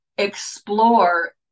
Explore